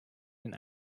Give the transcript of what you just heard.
den